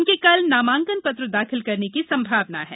उनके कल नामांकन पत्र दाखिल करने की संभावना है